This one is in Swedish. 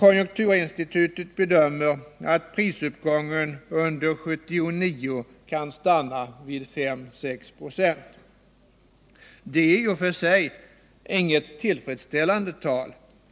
Konjunkturinstitutet bedömer att prisuppgången under 1979 kan stanna vid 5-6 26. Det är i och för sig inget tillfredsställande tal.